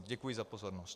Děkuji za pozornost.